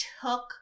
took